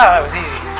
um it was easy!